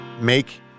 make